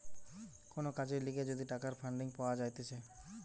কোন কাজের লিগে যদি টাকার ফান্ডিং পাওয়া যাইতেছে